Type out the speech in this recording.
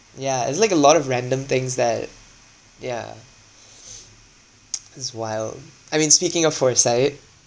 yeah it's like a lot of random things that yeah it's wild I mean speaking of foresight